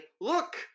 look